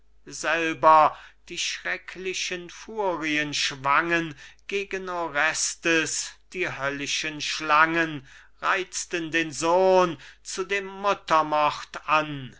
selber die schrecklichen furien schwangen gegen orestes die höllischen schlangen reizten den sohn zu dem muttermord an